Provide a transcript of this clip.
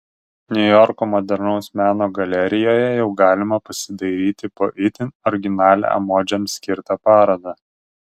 niujorko modernaus meno galerijoje jau galima pasidairyti po itin originalią emodžiams skirtą parodą